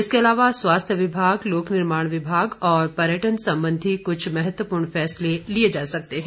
इसके अलावा स्वास्थ्य विभाग लोक निर्माण विभाग और पर्यटन सम्बंधी कुछ महत्वपूर्ण फैसले लिये जा सकते हैं